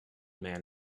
man